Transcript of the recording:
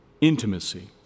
intimacy